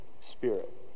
Spirit